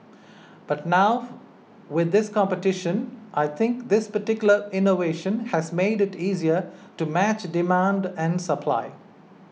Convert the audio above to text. but now with this competition I think this particular innovation has made it easier to match demand and supply